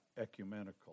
ecumenical